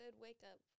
wake-up